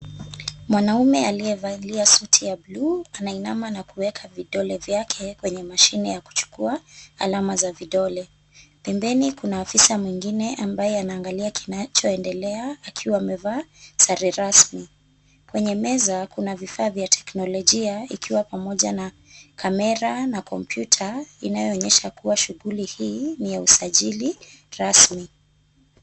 Mwanaume aliyevalia suti ya bluu, anainama na kuweka vidole vyake kwenye mashine ya kuchukua alama za vidole. Pembeni afisa mwingine ambaye anaangalia kinachoendelea akiwa amevaa sare rasmi. Kwenye meza kuna vifaa vya teknolojia ikiwa pamoja na kamera na kompyuta inayoonyesha kuwa shughuli hii ni ya usajili rasmi.